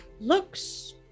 looks